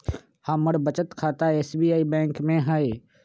हमर बचत खता एस.बी.आई बैंक में हइ